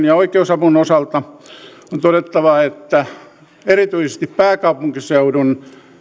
ja oikeusavun osalta on todettava että erityisesti pääkaupunkiseudun